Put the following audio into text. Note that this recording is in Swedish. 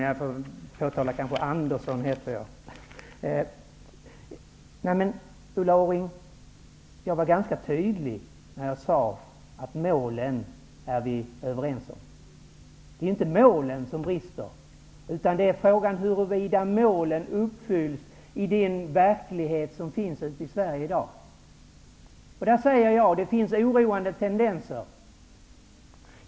Fru talman! Jag vill först påpeka att jag heter Jan Jag var ganska tydlig, Ulla Orring, när jag sade att vi är överens om målen. Det är inte målen som saknas. Frågan är huruvida målen uppfylls i den verklighet som finns i Sverige i dag. Det finns oroande tendenser.